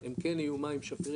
הם כן יהיו מים שפירים,